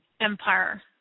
Empire